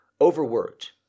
overworked